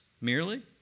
merely